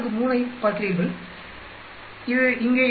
543 ஐப் பார்க்கிறீர்கள்இது இங்கே 2